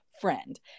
friend